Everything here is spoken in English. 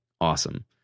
Awesome